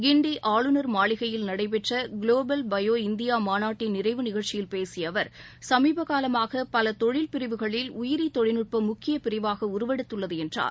கிண்டிஆளுநர் மாளுகையில் நடைபெற்றகுலோபல் பயோ இந்தியாமாநாட்டின் நிறைவு நிகழ்ச்சியில் பேசியஅவர் சமீபகாலமாகபலதொழில் பிரிவுகளில் உயிரிதொழில்நுட்பம் முக்கியப் பிரிவாகஉருவெடுத்துள்ளதுஎன்றார்